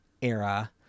era